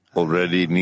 already